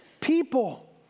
people